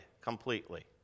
completely